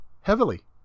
heavily